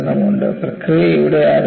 പ്രക്രിയ ഇവിടെ ആരംഭിക്കുന്നു